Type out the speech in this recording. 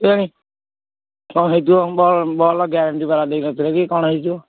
କେଜାଣି କ'ଣ ହେଇଥିବ ବଲ୍ ବଲ୍ ଗ୍ୟାରେଣ୍ଟି ବାଲା ଦେଇନଥିବେ କି କ'ଣ ହେଇଥିବ